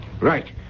Right